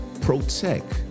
protect